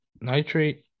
nitrate